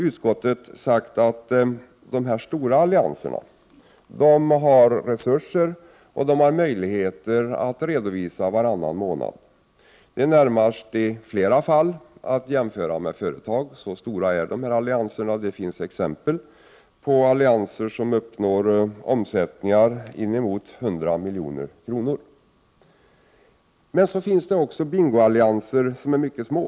Utskottet har sagt att de stora allianserna har resurser och möjligheter att redovisa varannan månad. De är i flera fall närmast att jämföra med företag. Det finns exempel på stora allianser som uppnår omsättningar på inemot 100 milj.kr. Det finns emellertid också bingoallianser som är mycket små.